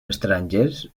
estrangers